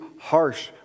harsh